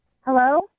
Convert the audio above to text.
Hello